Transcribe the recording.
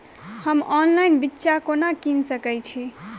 हम ऑनलाइन बिच्चा कोना किनि सके छी?